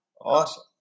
Awesome